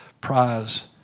prize